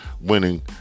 winning